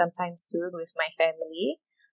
sometime soon with my family